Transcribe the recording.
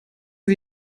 sie